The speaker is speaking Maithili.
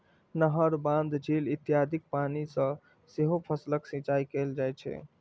नहर, बांध, झील इत्यादिक पानि सं सेहो फसलक सिंचाइ कैल जाइ छै